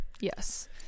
yes